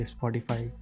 Spotify